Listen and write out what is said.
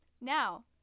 now